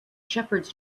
shepherds